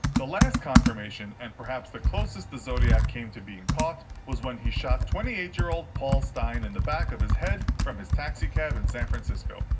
the last confirmation, and perhaps the closet the zodiac came to being caught, was when he shot twenty eight year old paul stine in the back of his head from his taxi cab in san francisco.